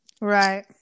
Right